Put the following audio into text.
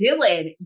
Dylan